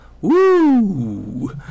Woo